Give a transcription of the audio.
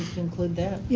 include that.